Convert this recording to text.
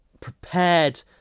prepared